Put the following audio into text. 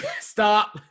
Stop